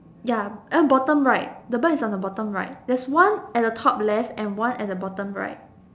ya uh bottom right the bird is on the bottom right there is one at the top left and one at the bottom right